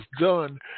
done